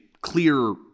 clear –